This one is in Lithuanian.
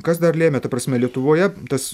kas dar lėmė ta prasme lietuvoje tas